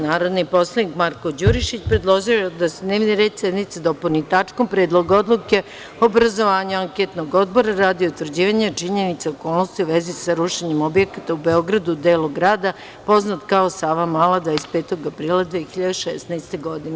Narodni poslanik Marko Đurišić, predložio je da se dnevni red sednice dopuni tačkom – Predlog odluke obrazovanja Anketnog odbora radi utvrđivanje činjenica okolnosti u vezi sa rušenjem objekata u Beogradu u delu grada, poznat kao „Savamala“, 25. aprila 2016. godine.